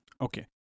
Okay